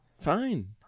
Fine